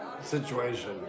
situation